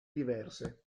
diverse